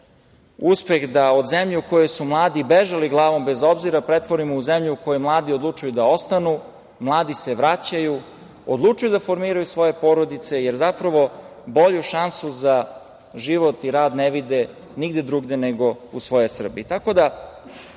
uspeh da od zemlje u kojoj su mladi bežali glavom bez obzira pretvorimo u zemlju u kojoj mladi odlučuju da ostanu, mladi se vraćaju, odlučuju da formiraju svoje porodice, jer bolju šansu za život i rad ne vide nigde drugde nego u svojoj